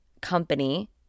company